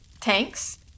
Tanks